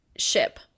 ship